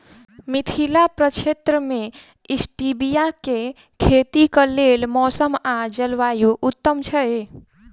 मिथिला प्रक्षेत्र मे स्टीबिया केँ खेतीक लेल मौसम आ जलवायु उत्तम छै?